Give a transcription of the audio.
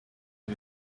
you